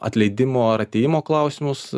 atleidimo ar atėjimo klausimus